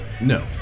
No